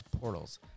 portals